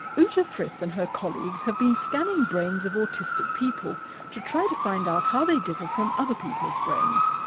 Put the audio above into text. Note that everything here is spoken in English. ute frith and her colleagues have been scanning brains of autistic people to try to find out how they differ from other people's brains.